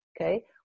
okay